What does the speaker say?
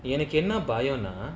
எனக்குஎன்னபயம்னா:enaku enna bayamna